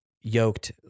yoked